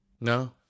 No